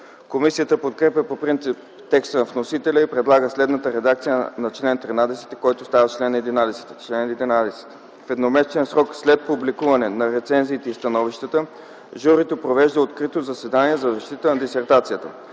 Комисията подкрепя по принцип текста на вносителя и предлага следната редакция на чл. 13, който става чл. 11: „Чл. 11. (1) В едномесечен срок след публикуването на рецензиите и становищата журито провежда открито заседание за защита на дисертацията.